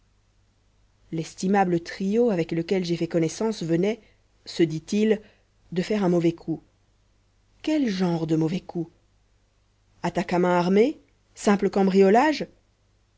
l'estimable trio avec lequel j'ai fait connaissance venait se dit-il de faire un mauvais coup quel genre de mauvais coup attaque à main armée simple cambriolage